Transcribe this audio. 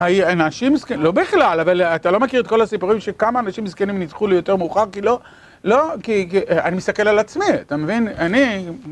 האנשים זקנים, לא בכלל, אבל אתה לא מכיר את כל הסיפורים של כמה אנשים זקנים ניצחו ליותר מאוחר, כי לא, לא, כי אני מסתכל על עצמי, אתה מבין? אני..